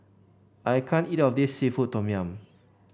I can't eat all of this seafood Tom Yum